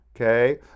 Okay